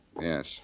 Yes